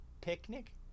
picnic